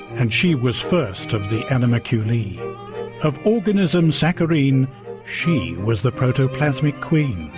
and she was first of the animaculae of organism saccharine she was the protoplasmic queen.